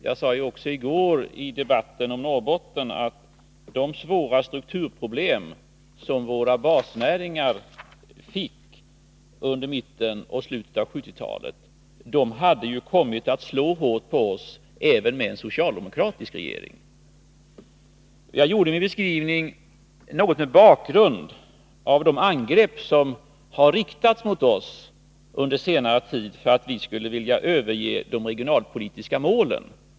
Jag sade ju också i går i debatten om Norrbotten att de svåra strukturproblem som våra basnäringar fick under mitten och slutet av 1970-talet hade kommit att slå hårt på oss även med en socialdemokratisk regering. Jag gjorde min beskrivning delvis mot bakgrund av de angrepp som har riktats mot oss under senare tid för att vi skulle vilja överge de regionalpolitiska målen.